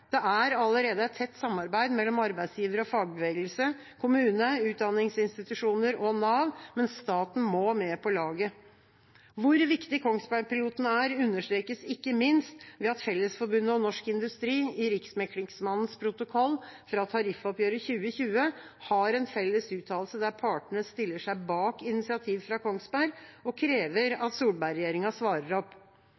Det er allerede et tett samarbeid mellom arbeidsgiver og fagbevegelse, kommune, utdanningsinstitusjoner og Nav, men staten må med på laget. Hvor viktig Kongsberg-piloten er, understrekes ikke minst ved at Fellesforbundet og Norsk Industri i Riksmeklingsmannens protokoll fra tariffoppgjøret 2020 har en felles uttalelse der partene stiller seg bak initiativet fra Kongsberg og krever